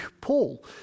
Paul